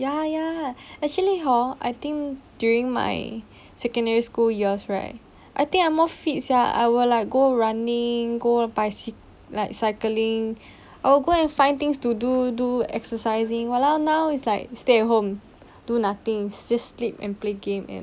ya ya actually hor I think during my secondary school years right I think I more fit sia I would like go running go bicy~ like cycling I will go and find things to do do exercising !walao! now is like stay at home do nothing just sleep and play game and